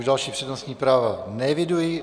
Další přednostní práva neeviduji.